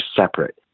separate